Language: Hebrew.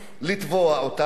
לתבוע אותם,